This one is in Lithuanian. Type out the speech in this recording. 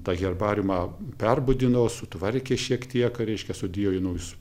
tą herbariumą perbudino sutvarkė šiek tiek reiškia sudėjo į naujus